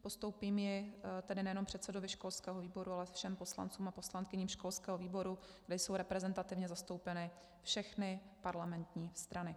Postoupím ji tedy nejenom předsedovi školského výboru, ale všem poslancům a poslankyním školského výboru, kde jsou reprezentativně zastoupeny všechny parlamentní strany.